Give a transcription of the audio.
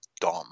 dumb